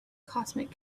cosmic